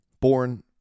born